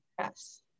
Yes